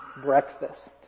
breakfast